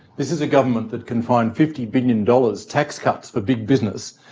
this is a government that can find fifty billion dollars tax cuts for big business,